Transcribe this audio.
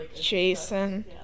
jason